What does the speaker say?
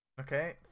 Okay